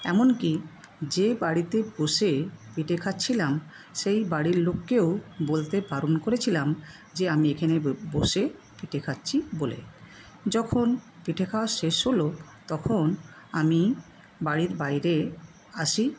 এমনকি যে বাড়িতে বসে পিঠে খাচ্ছিলাম সেই বাড়ির লোককেও বলতে বারণ করেছিলাম যে আমি এখানে বসে পিঠে খাচ্ছি বলে যখন পিঠে খাওয়া শেষ হল তখন আমি বাড়ির বাইরে আসি